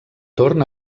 torn